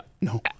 No